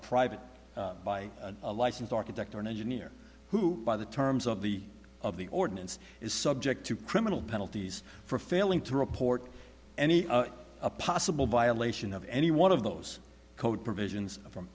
private by a licensed architect or an engineer who by the terms of the of the ordinance is subject to criminal penalties for failing to report any possible violation of any one of those code provisions from